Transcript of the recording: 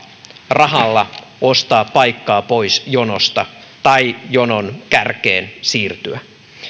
rahalla ostaa paikkaa pois jonosta tai jonon kärkeen siirtyä